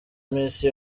misi